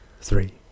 three